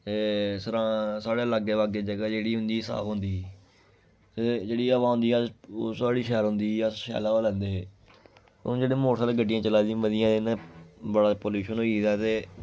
ते साढ़े लागै बागै जगह् जेह्ड़ी होंदी साफ होंदी ही ते जेह्ड़ी हवा होंदी ओह् साढ़ी शैल होंदी ही अस शैल हवा लैंदे हे हून जेह्ड़े मोटरसैकल गड्डियां चला दियां मतियां इनें बड़ा पलूशन होई गेदा ते